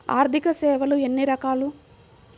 ఆర్థిక సేవలు ఎన్ని రకాలు?